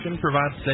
provides